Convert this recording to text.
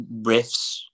riffs